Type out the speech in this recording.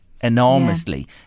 enormously